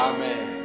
Amen